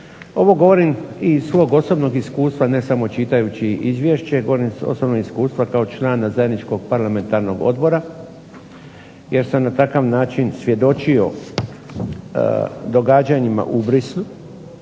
Ovo govorim i iz svog osobnog iskustva ne samo čitajući izvješće, govorim iz osobnog iskustva kao član zajedničkog parlamentarnog odbora jer sam na takav način svjedočio događanjima u Bruxellesu,